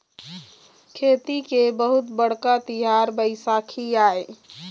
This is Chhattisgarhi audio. खेती के बहुत बड़का तिहार बइसाखी आय